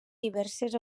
diverses